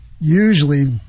usually